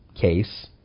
case